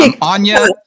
Anya